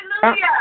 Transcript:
Hallelujah